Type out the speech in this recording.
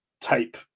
type